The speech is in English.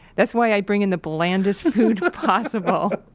that's why i bring in the blandest food possible.